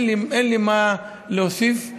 אין לי מה להוסיף בעניין.